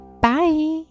Bye